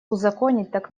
называемые